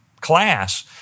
class